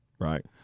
right